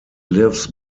lives